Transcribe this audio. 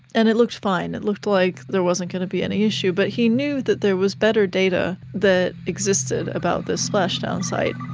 and it looked fine, it looked like there wasn't going to be any issue. but he knew that there was better data that existed about this splashdown site.